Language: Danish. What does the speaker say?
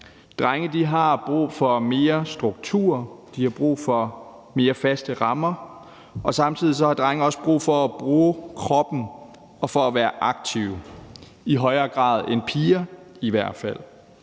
Drenge har brug for mere struktur, de har brug for mere faste rammer, og samtidig har drenge også brug for at bruge kroppen og være aktive – i højere grad end piger, i hvert fald.